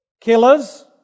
killers